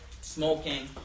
smoking